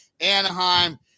Anaheim